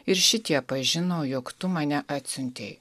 ir šitie pažino jog tu mane atsiuntei